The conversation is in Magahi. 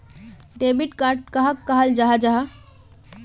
डेबिट कार्ड कहाक कहाल जाहा जाहा?